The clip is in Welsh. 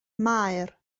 maer